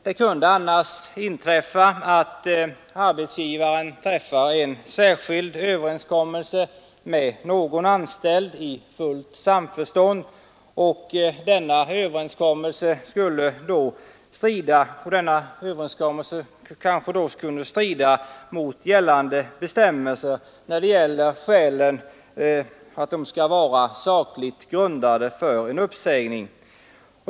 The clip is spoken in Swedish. Det kunde annars inträffa att arbetsgivaren träffar särskild överenskommelse i fullt samförstånd med någon anställd, men en sådan överenskommelse skulle kunna strida mot bestämmelsen att skälen för en uppsägning skall vara sakligt grundade.